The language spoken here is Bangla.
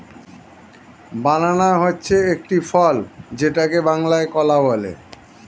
বানানা হচ্ছে একটি ফল যেটাকে বাংলায় কলা বলে